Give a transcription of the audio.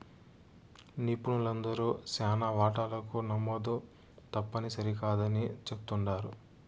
నిపుణులందరూ శానా వాటాలకు నమోదు తప్పుని సరికాదని చెప్తుండారు